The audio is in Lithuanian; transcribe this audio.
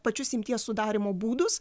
pačius imties sudarymo būdus